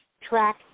track